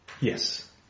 Yes